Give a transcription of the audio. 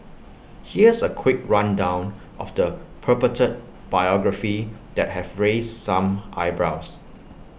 here's A quick rundown of the purported biography that have raised some eyebrows